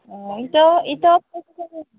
অঁ ইতাও ইটা